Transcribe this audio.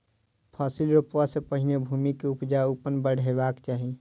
फसिल रोपअ सॅ पहिने भूमि के उपजाऊपन बढ़ेबाक चाही